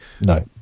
No